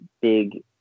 big